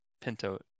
pinto